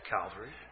Calvary